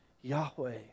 Yahweh